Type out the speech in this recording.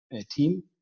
team